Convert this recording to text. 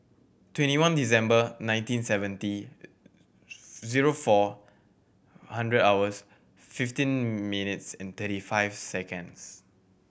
twenty one December nineteen seventy zero four hundred hours fifteen minutes and thirty five seconds